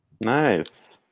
Nice